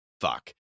Fuck